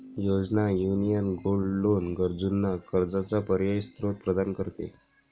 योजना, union gold loan गरजूंना कर्जाचा पर्यायी स्त्रोत प्रदान करते